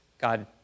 God